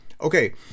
Okay